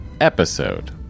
episode